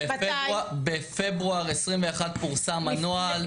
בפברואר 2021 פורסם הנוהל.